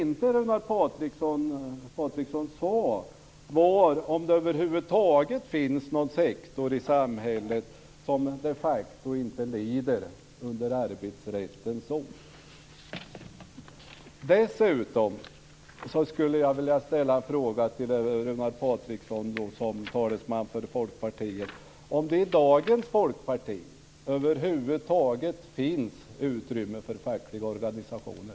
Vad Runar Patriksson inte uttalade sig om var om det över huvud taget finns någon sektor i samhället som de facto inte lider under arbetsrättens ok. Jag skulle dessutom vilja ställa en fråga till Runar Patriksson som talesman för Folkpartiet: Finns det i dagens Folkparti över huvud taget utrymme för fackliga organisationer?